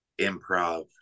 improv